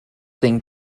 thing